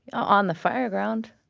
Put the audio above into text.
on the fire ground.